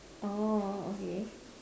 orh okay